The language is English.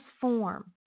form